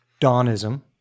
Dawnism